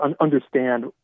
understand